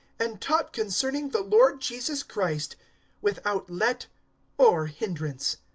and taught concerning the lord jesus christ without let or hindrance.